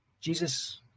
Jesus